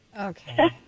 Okay